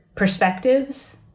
perspectives